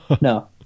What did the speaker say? no